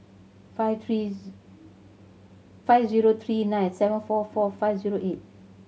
five three five zero three nine seven four four five zero eight